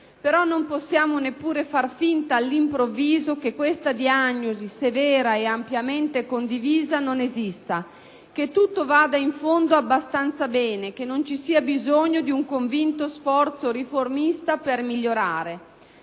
Però, non possiamo neppure far finta, all'improvviso, che questa diagnosi, severa ed ampiamente condivisa, non esista, che tutto vada, in fondo, abbastanza bene, che non ci sia bisogno di un convinto sforzo riformista per migliorare.